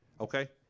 Okay